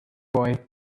boy